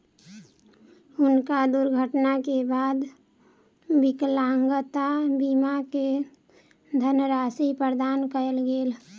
हुनका दुर्घटना के बाद विकलांगता बीमा के धनराशि प्रदान कयल गेल